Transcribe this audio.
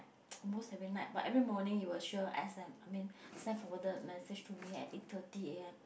almost every night but every morning he will sure S_M I mean send forwarded message to me at eight thirty A_M